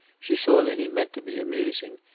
she saw that he meant to be amusing,